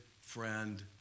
friend